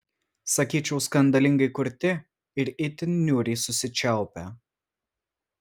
sakyčiau skandalingai kurti ir itin niūriai susičiaupę